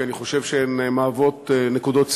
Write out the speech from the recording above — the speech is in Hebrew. כי אני חושב שהן מהוות נקודות ציון.